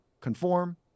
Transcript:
conform